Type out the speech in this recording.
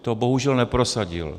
To bohužel neprosadil.